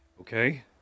Okay